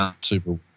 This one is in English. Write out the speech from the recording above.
Super